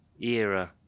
era